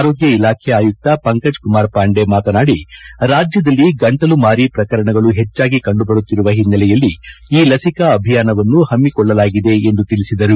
ಆರೋಗ್ಯ ಇಲಾಖೆ ಆಯುಕ್ತ ಪಂಕಜ್ ಕುಮಾರ್ ಪಾಂಡೆ ಮಾತನಾಡಿ ರಾಜ್ಯದಲ್ಲಿ ಗಂಟಲು ಮಾರಿ ಪ್ರಕರಣಗಳು ಹೆಚ್ಚಾಗಿ ಕಂಡುಬರುತ್ತಿರುವ ಹಿನ್ನೆಲೆಯಲ್ಲಿ ಈ ಲಸಿಕಾ ಅಭಿಯಾನವನ್ನು ಹಮ್ಮಿಕೊಳ್ಳಲಾಗಿದೆ ಎಂದು ತಿಳಿಸಿದರು